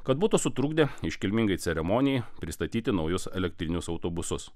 kad būtų sutrukdę iškilmingai ceremonijai pristatyti naujus elektrinius autobusus